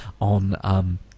on